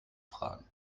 fragen